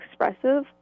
expressive